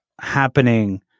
happening